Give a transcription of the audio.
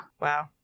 Wow